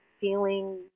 feeling